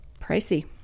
pricey